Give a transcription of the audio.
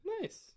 Nice